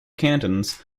cantons